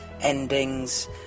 endings